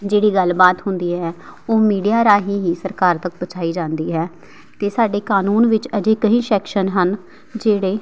ਜਿਹੜੀ ਗੱਲਬਾਤ ਹੁੰਦੀ ਹੈ ਉਹ ਮੀਡੀਆ ਰਾਹੀਂ ਹੀ ਸਰਕਾਰ ਤੱਕ ਪਹੁੰਚਾਈ ਜਾਂਦੀ ਹੈ ਅਤੇ ਸਾਡੇ ਕਾਨੂੰਨ ਵਿੱਚ ਅਜੇ ਕਈ ਸੈਕਸ਼ਨ ਹਨ ਜਿਹੜੇ